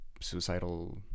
suicidal